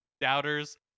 doubters